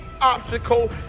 obstacle